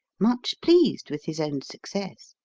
much pleased with his own success.